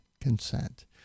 consent